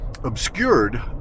obscured